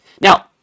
Now